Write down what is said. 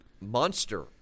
monster